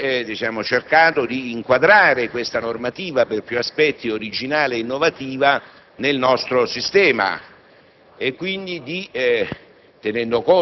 si è cercato di inquadrare questa normativa per più aspetti originale ed innovativa nel nostro sistema